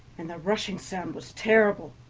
and the rushing sound was terrible.